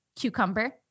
cucumber